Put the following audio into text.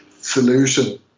solution